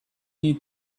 need